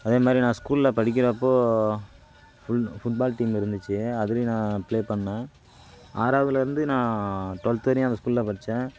அதே மாதிரி நான் ஸ்கூலில் படிக்கிறப்போ ஃபுட்பால் டீம் இருந்துச்சு அதுலேயும் நான் ப்ளே பண்ண ஆறாவதுலருந்து நான் டுவெல்த் வரையும் அந்த ஸ்கூலில் படிச்சேன்